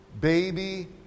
baby